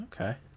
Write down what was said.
Okay